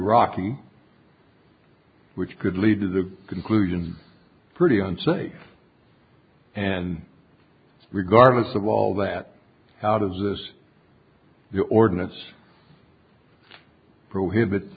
rocky which could lead to the conclusion pretty unsafe and regardless of all that how does the ordinance prohibit